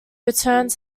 returned